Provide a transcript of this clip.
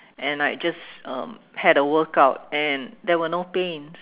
and I just um had a workout and there were no pains